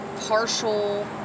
partial